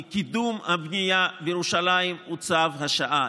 כי קידום הבנייה בירושלים הוא צו השעה.